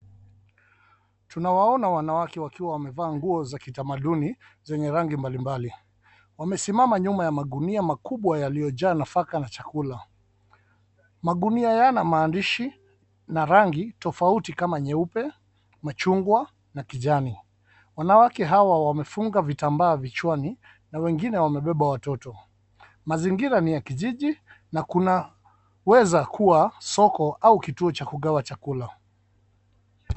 Tunawaona wanawake wakiwa wamevaa nguo za kitamaduni zenye rangi mbalimbali. Wamesimama nyuma ya magunia makubwa yaliyojaa nafaka na chakula. Magunia yana maandishi na rangi tofauti kama nyeupe, machungwa na kijani. Wanawake hawa wamefunga vitambaa vichwani na wengine wamebeba watoto. Mazingira ni ya kijiji na kunaweza kuwa soko au kituo cha kugawa chakula.